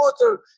water